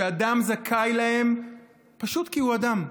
שאדם זכאי להן פשוט כי הוא אדם,